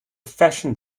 fashion